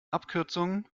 abkürzungen